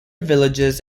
villages